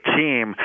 team